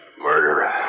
Murderer